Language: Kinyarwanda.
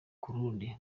kurundi